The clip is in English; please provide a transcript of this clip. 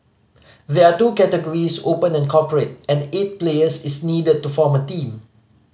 there are two categories Open and Corporate and eight players is needed to form a team